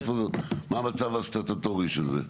מה המצב הסטטוטורי של זה?